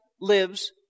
lives